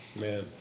Man